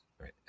right